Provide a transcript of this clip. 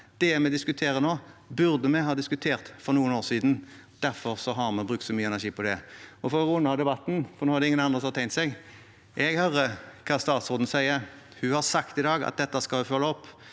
Det vi diskuterer nå, burde vi ha diskutert for noen år siden. Derfor har vi brukt så mye energi på det. For å runde av debatten – for nå er det ingen andre som har tegnet seg: Jeg hører hva statsråden sier. Hun har sagt i dag at dette skal hun følge opp,